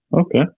Okay